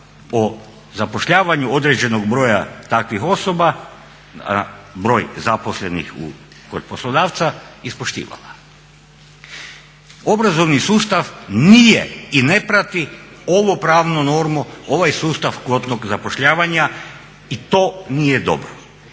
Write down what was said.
o zapošljavanju određenog broja takvih osoba, broj zaposlenih kod poslodavca ispoštivala. Obrazovni sustav nije i ne prati ovu pravnu normu, ovaj sustav kvotnog zapošljavanja i to nije dobro.